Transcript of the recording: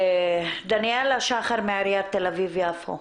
דניאלה שחר מעיריית תל אביב יפו.